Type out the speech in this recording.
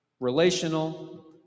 relational